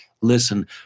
listen